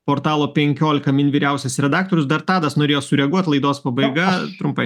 portalo penkiolika min vyriausias redaktorius dar tadas norėjo sureaguot laidos pabaiga trumpai